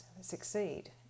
succeed